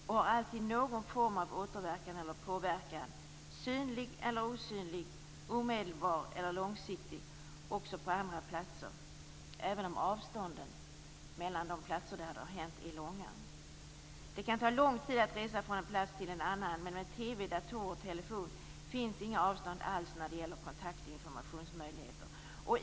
Det får alltid någon form av återverkan eller påverkan, synlig eller osynlig, omedelbar eller långsiktig, också på andra platser, även om avstånden är långa. Det kan ta lång tid att resa från en plats till en annan, men med TV, datorer och telefon finns inga avstånd alls när det gäller kontakt och informationsmöjligheter.